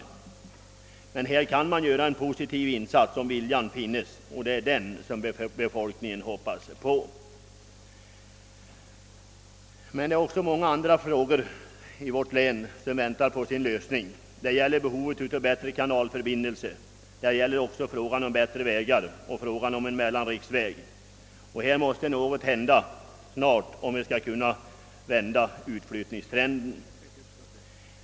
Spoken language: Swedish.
Här finns dock möjlighet att göra en positiv insats om viljan finns, och det är vad befolkningen hoppas på. Men också många andra frågor i länet väntar på sin lösning. Det gäller bättre kanalförbindelser, bättre vägar och en mellanriksväg. Här måste någonting hända snart, om vi skall kunna vända utflyttningstrenden.